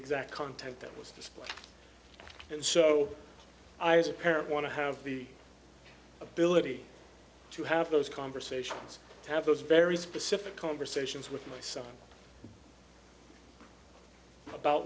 displayed and so i as a parent want to have the ability to have those conversations have those very specific conversations with my son about